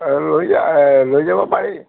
লৈ যা লৈ যাব পাৰি